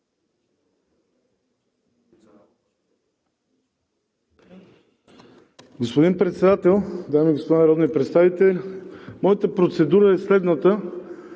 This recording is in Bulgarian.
Господин Председател, дами и господа народни представители! Моята процедура е следната: